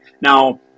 Now